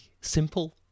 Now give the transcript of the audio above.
simple